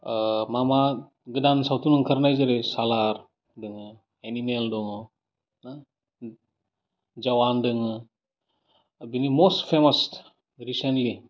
मा मा गोदान सावथुन ओंखारनाय जेरै सालार दङ एनिमेल दङ ना जवान दोङो बेनि मस्ट फेमास रिसेन्टलि